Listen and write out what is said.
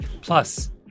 Plus